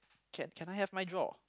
can can I have my draw